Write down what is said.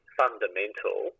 fundamental